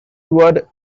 what